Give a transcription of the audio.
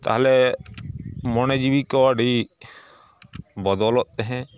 ᱛᱟᱦᱚᱞᱮ ᱢᱚᱱᱮ ᱡᱤᱣᱤᱠᱚ ᱟᱹᱰᱤ ᱵᱚᱫᱚᱞᱚᱜ ᱛᱮᱦᱮᱸᱫ